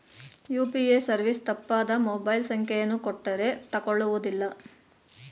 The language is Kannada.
ಯು.ಪಿ.ಎ ಸರ್ವಿಸ್ ತಪ್ಪಾದ ಮೊಬೈಲ್ ಸಂಖ್ಯೆಯನ್ನು ಕೊಟ್ಟರೇ ತಕೊಳ್ಳುವುದಿಲ್ಲ